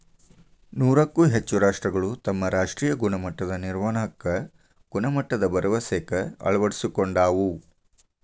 ನೂರಕ್ಕೂ ಹೆಚ್ಚ ರಾಷ್ಟ್ರಗಳು ತಮ್ಮ ರಾಷ್ಟ್ರೇಯ ಗುಣಮಟ್ಟದ ನಿರ್ವಹಣಾಕ್ಕ ಗುಣಮಟ್ಟದ ಭರವಸೆಕ್ಕ ಅಳವಡಿಸಿಕೊಂಡಾವ